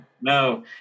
no